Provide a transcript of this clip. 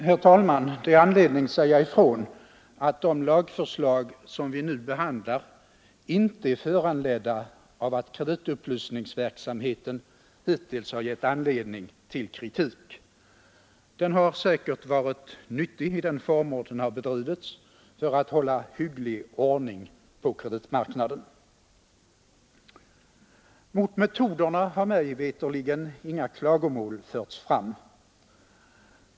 Herr talman! Det är anledning att säga ifrån att det lagförslag som vi nu behandlar inte är föranlett av att kreditupplysningsverksamheten hittills har givit anledning till kritik. Den har säkert varit nyttig i de former den har bedrivits för att hålla hygglig ordning på kreditmarknaden. Mot metoderna har mig veterligen inga klagomål förts fram.